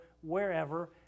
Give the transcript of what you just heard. wherever